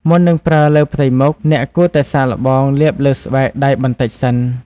មុននឹងប្រើលើផ្ទៃមុខ អ្នកគួរតែសាកល្បងលាបលើស្បែកដៃបន្តិចសិន។